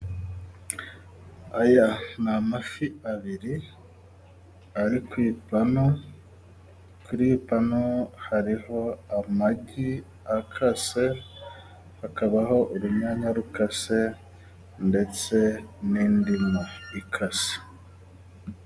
Aya ni amafi abiri ari ku ipanu, kuri iyi panu hariho amagi akase, hakabaho urunyanya rukase, ndetse n'indimu ikase.